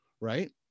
right